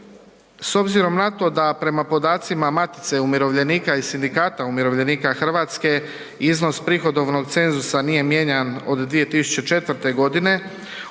S obzirom na to da prema podacima Matice umirovljenika i sindikata umirovljenika Hrvatske iznos prihodovnog cenzusa nije mijenjan od 2004. godine,